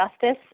justice